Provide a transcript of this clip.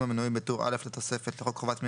המנויים בטור א' לתוספת לחוק חובת מכרזים,